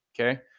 okay